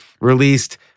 released